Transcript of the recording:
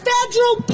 Federal